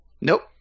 nope